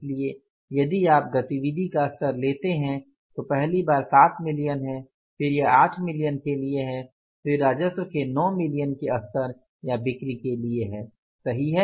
इसलिए यदि आप गतिविधि का स्तर लेते हैं तो पहली बार 7 मिलियन है फिर यह 8 मिलियन के लिए है फिर राजस्व के 9 मिलियन के स्तर या बिक्री के लिए है सही है